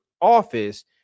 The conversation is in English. office